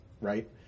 right